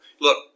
Look